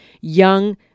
young